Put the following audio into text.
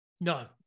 No